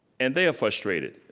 and they're frustrated,